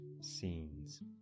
scenes